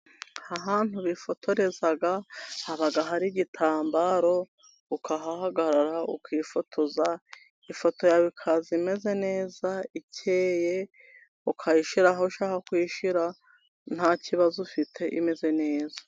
Ahantu wifotoreza haba hari igitambaro, ukahahagarara, ukifotoza, ifoto yawe ikaza imeze neza ikeye, ukayishyiraho aho ushaka kuiyishyira, nta kibazo ufite, imeze neza.